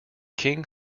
king